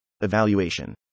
Evaluation